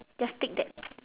just tick that